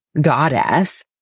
goddess